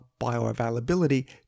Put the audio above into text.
bioavailability